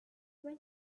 when